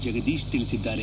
ಜಗದೀಶ್ ತಿಳಿಸಿದ್ದಾರೆ